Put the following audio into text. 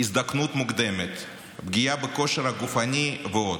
הזדקנות מוקדמת, פגיעה בכושר הגופני ועוד.